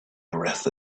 breath